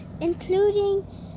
including